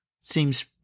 seems